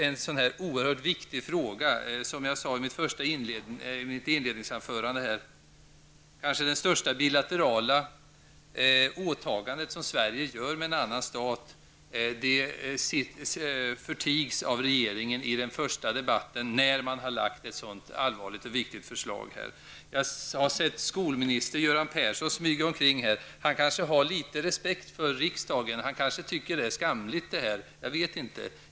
En sådan här oerhört viktig fråga, som jag sade i mitt inledningsanförande, kanske det största bilaterala åtagande som Sverige gör med en annan stat förtigs av regeringen i den första debatten efter det att man har lagt fram ett så allvarligt och viktigt förslag. Jag har sett skolminister Göran Persson smyga omkring i kammaren. Han har kanske litet respekt för riksdagen, han kanske tycker att det här är skamligt av regeringen, men jag vet inte.